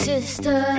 Sister